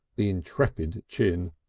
the intrepid chin.